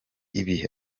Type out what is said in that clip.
ibi